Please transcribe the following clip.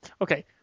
Okay